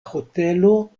hotelo